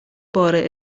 بار